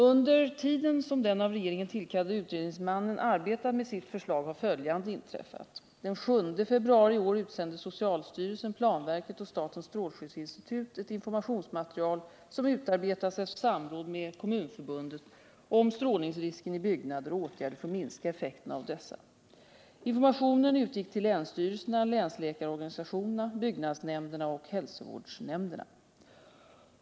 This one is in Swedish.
Under tiden som den av regeringen tillkallade utredningsmannen arbetat med sitt uppdrag har följande inträffat. Den 7 februari i år utsände socialstyrelsen, planverket och statens strålskyddsinstitut ett informationsmaterial som utarbetats efter samråd med Kommunförbundet om strålrisken i byggnader och åtgärder för att minska effekterna av dessa. Informationen utgick till länsstyrelserna, länsläkarorganisationerna, byggnadsnämnderna och hälsovårdsnämnderna.